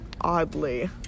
oddly